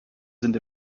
sind